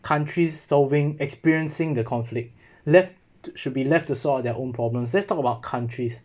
countries solving experiencing the conflict left to should be left to sort out their own problems let's talk about countries